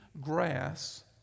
grass